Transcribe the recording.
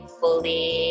fully